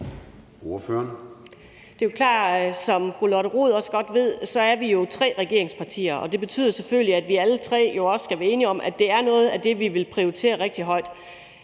Matthiesen (V): Som fru Lotte Rod også ved, er vi jo tre regeringspartier, og det betyder selvfølgelig, at vi alle tre skal være enige om, at det er noget af det, vi vil prioritere rigtig højt.